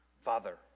Father